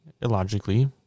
illogically